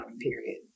period